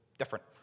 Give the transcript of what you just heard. Different